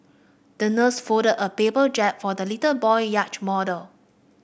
the nurse folded a paper jib for the little boy yacht model